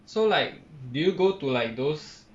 so like did you go to like those